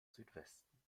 südwesten